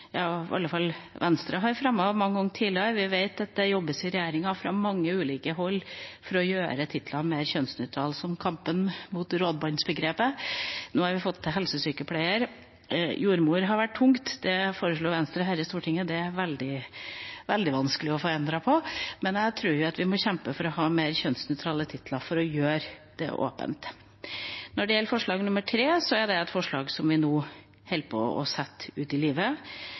i alle fall Venstre har fremmet mange ganger tidligere. Vi vet at det jobbes i regjeringa og fra mange ulike hold for å gjøre titler mer kjønnsnøytrale, som kampen mot rådmannsbegrepet. Nå har vi fått helsesykepleier. Jordmorbegrepet har vært tungt, det foreslo Venstre her i Stortinget å få endret på, det er veldig vanskelig. Jeg tror at vi må kjempe for å få mer kjønnsnøytrale titler for å gjøre det åpent. Når det gjelder forslag nr. 3, er det et forslag som vi nå holder på med å sette ut i livet.